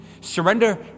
Surrender